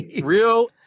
real